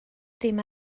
dim